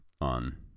on